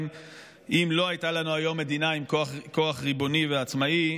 אם לא הייתה לנו היום מדינה עם כוח ריבוני ועצמאי.